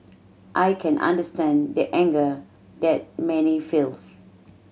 I can understand the anger that many feels